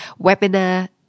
webinar